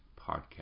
Podcast